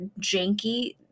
Janky